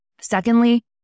Secondly